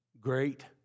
great